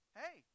hey